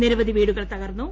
നിരവധി വീടുകൾ തകർന്നു